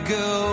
go